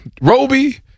Roby